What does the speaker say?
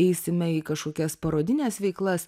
eisime į kažkokias parodines veiklas